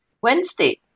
Wednesday